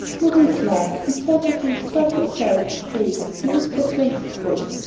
maurice laughed, and turned her face toward himself, saying, in his persuasive voice,